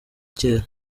kera